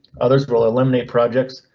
others will eliminate projects,